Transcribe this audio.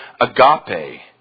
agape